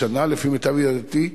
השנה, לפי מיטב ידיעתי,